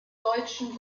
deutschen